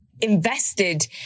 invested